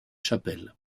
chapelle